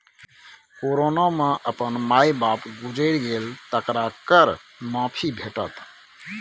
corona मे अपन माय बाप गुजैर गेल तकरा कर माफी भेटत